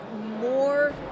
more